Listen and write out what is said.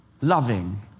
loving